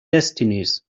destinies